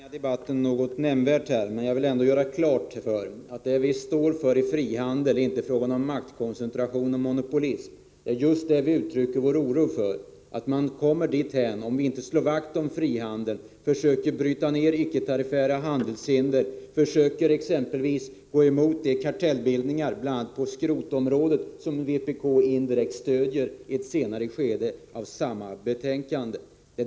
Fru talman! Jag tror inte att jag skall förlänga debatten nämnvärt, men jag vill slå fast att vad vi står för är frihandel och inte maktkoncentration och monopolism. Vi uttrycker oro för just sådant och fruktar att man kommer dithän, om man inte slår vakt om frihandel och försöker bryta ned icke-tariffära handelshinder och exempelvis på skrotområdet går emot kartellbildningar, som vpk indirekt stöder på ett annat ställe i betänkandet.